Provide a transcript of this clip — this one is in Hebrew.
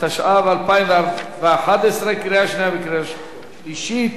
התשע"ב 2012, קריאה שנייה וקריאה שלישית.